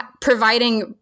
providing